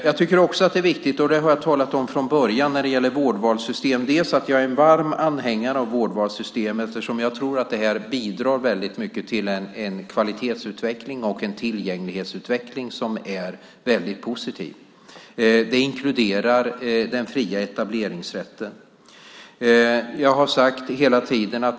Jag har talat om från början att jag är en varm anhängare av vårdvalssystem eftersom jag tror att det bidrar mycket till en kvalitetsutveckling och en tillgänglighetsutveckling som är väldigt positiv. Det inkluderar den fria etableringsrätten.